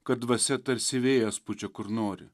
kad dvasia tarsi vėjas pučia kur nori